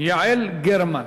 יעל גרמן.